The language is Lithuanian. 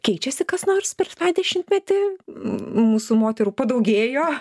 keičiasi kas nors per tą šimtmetį mūsų moterų padaugėjo